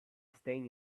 stain